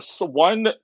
one